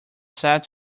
set